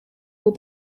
all